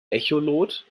echolot